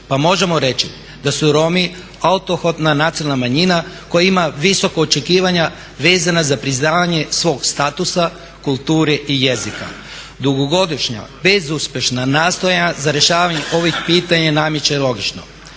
pa možemo reći da su Romi autohtona nacionalna manjina koja ima visoka očekivanja vezana za priznavanje svog statusa, kulture i jezika. Dugogodišnja bezuspješna nastojanja za rješavanje ovih pitanja nameće logiku,